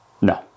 No